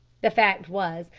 the fact was,